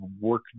work